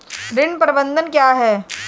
ऋण प्रबंधन क्या है?